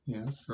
Yes